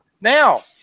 Now